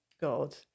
God